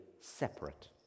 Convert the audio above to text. separate